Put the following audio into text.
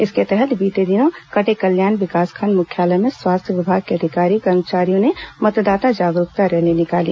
इसके तहत बीते दिनों कटेकल्याण विकासखंड मुख्यालय में स्वास्थ्य विभाग के अधिकारी कर्मचारियों ने मतदाता जागरूकता रैली निकाली